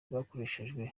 bwakoreshejwe